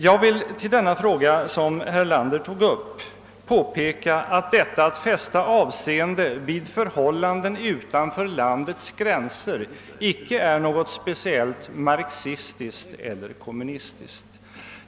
Jag vill beträffande den fråga, som herr Erlander tog upp, påpeka att detta att fästa avseende vid förhållanden utanför landets gränser icke är något speciellt marxistiskt eller kommunistiskt.